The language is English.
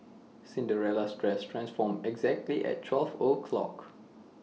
Cinderella's dress transformed exactly at twelve o'clock